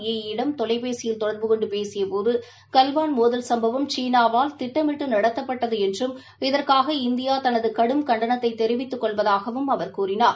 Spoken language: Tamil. யீ யிடம் தொலைபேசியில் தொடர்பு கொண்டுபேசியபோது கல்வான் மோதல் சம்பவம் சீனாவால் திட்டமிட்டுநடத்தப்பட்டதுஎன்றும் இதற்காக இந்தியாதனதுகடும் கண்டனத்தைதெரிவித்துக் கொள்வதாகவும் அவர் கூறினார்